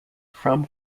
from